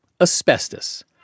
asbestos